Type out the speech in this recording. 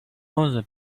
other